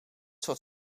soort